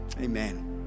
Amen